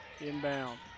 Inbound